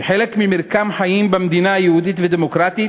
כחלק ממרקם חיים במדינה יהודית ודמוקרטית,